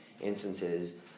instances